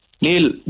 Neil